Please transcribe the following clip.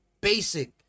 basic